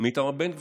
מאיתמר בן גביר,